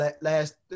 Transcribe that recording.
last –